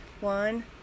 one